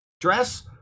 dress